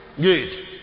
Good